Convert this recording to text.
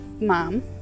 mom